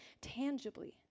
tangibly